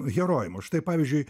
herojum štai pavyzdžiui